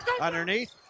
underneath